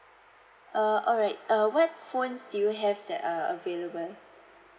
uh alright uh what phones do you have that uh available